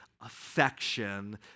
affection